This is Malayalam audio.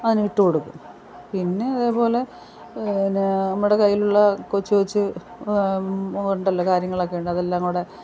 അതിനിട്ട് കൊടുക്കും പിന്നെ അതേപോലെ പിന്നെ നമ്മുടെ കയ്യിലുള്ള കൊച്ചു കൊച്ചു ഉണ്ടല്ലോ കാര്യങ്ങളൊക്ക അതെല്ലാം കൂടെ